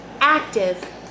active